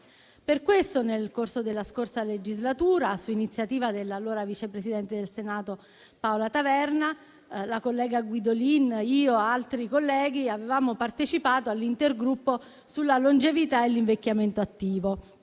Per questo, nel corso della scorsa legislatura, su iniziativa dell'allora vice presidente del Senato Paola Taverna, la collega Guidolin, io e altri colleghi avevamo partecipato all'intergruppo sulla longevità e l'invecchiamento attivo,